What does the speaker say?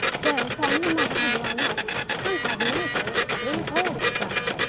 thereupon the mother had run up and had made hivn leave hold of the dagger,